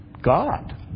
God